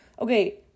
Okay